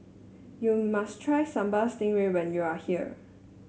you must try Sambal Stingray when you are here